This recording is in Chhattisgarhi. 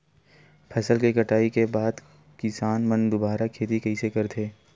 फसल के कटाई के बाद किसान मन दुबारा खेती कइसे करथे?